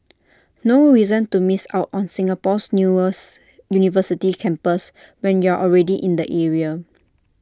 no reason to miss out on Singapore's newer university campus when you are already in the area